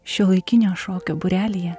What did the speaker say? šiuolaikinio šokio būrelyje